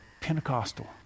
Pentecostal